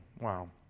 Wow